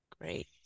Great